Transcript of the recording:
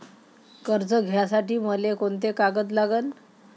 कर्ज घ्यासाठी मले कोंते कागद लागन?